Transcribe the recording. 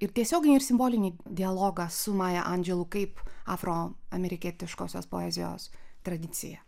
ir tiesioginį ir simbolinį dialogą su maja andželu kaip afroamerikietiškosios poezijos tradicija